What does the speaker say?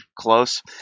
close